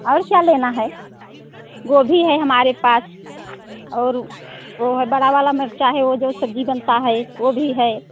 और क्या लेना है गोभी है हमारे पास और वो है बड़ा वाला मिर्चा है वो जो सब्जी बनता है वो भी है